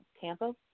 Tampa